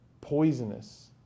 poisonous